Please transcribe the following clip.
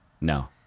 no